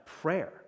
prayer